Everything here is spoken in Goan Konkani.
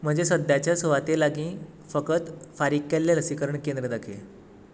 म्हज्या सद्याच्या सुवाते लागीं फकत फारीक केल्लें लसीकरण केंद्र दाखय